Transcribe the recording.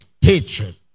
Hatred